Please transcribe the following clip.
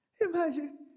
Imagine